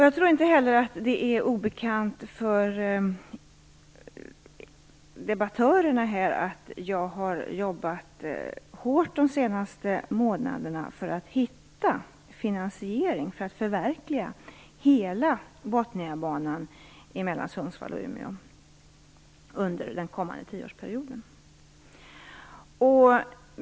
Jag tror inte heller att det är obekant för debattörerna att jag har jobbat hårt de senaste månaderna för att hitta finansiering för att förverkliga hela Botniabanan mellan Sundsvall och Umeå under den kommande tioårsperioden.